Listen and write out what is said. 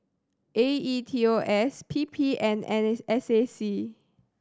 A E T O S P P and S A C